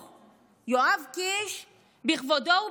יואב קיש בכבודו ובעצמו,